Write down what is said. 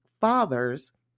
father's